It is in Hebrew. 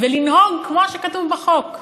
ולנהוג כמו שכתוב בחוק,